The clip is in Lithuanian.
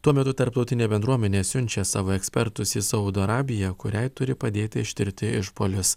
tuo metu tarptautinė bendruomenė siunčia savo ekspertus į saudo arabiją kuriai turi padėti ištirti išpuolius